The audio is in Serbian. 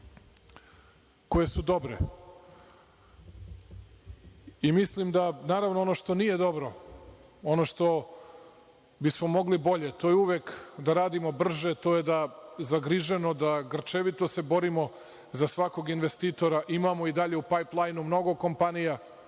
koje su dobre. Naravno ono što nije dobro, ono što bismo mogli bolje to je uvek da radimo brže, to je da se zagriženo i grčevito borimo za svakog investitora. Imamo i dalje u „paj plajnu“ mnogo kompanija,